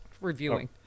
reviewing